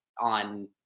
on